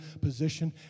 position